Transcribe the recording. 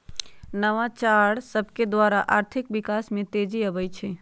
नवाचार सभकेद्वारा आर्थिक विकास में तेजी आबइ छै